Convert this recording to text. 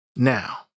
Now